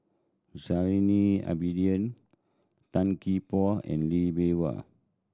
Zainal Abidin Tan Gee Paw and Lee Bee Wah